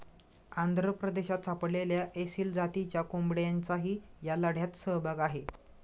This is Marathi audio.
आंध्र प्रदेशात सापडलेल्या एसील जातीच्या कोंबड्यांचाही या लढ्यात सहभाग आहे